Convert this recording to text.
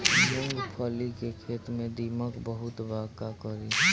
मूंगफली के खेत में दीमक बहुत बा का करी?